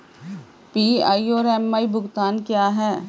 PI और MI भुगतान क्या हैं?